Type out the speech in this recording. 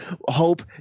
hope